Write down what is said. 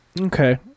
Okay